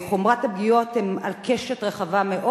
חומרת הפגיעות היא על קשת רחבה מאוד.